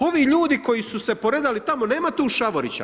Ovi ljudi koji su se poredali tamo, nema tu Šavorića.